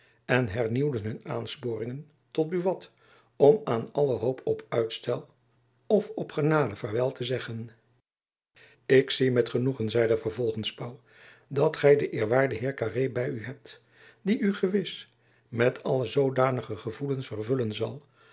musch hernieuwden hun aansporingen tot buat om aan alle hoop op uitstel of op genade vaarwel te zeggen ik zie met genoegen zeide vervolgends pauw dat gy den eerwaarden heer carré by u hebt die u gewis met zoodanige gevoelens vervullen zal